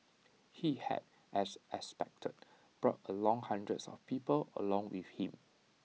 he had as expected brought along hundreds of people along with him